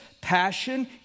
passion